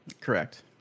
Correct